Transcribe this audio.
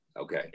Okay